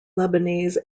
lebanese